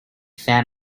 fed